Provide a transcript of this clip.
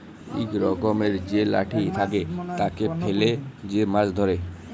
ইক রকমের যে লাঠি থাকে, তাকে ফেলে যে মাছ ধ্যরে